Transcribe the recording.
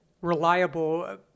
reliable